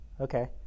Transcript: Okay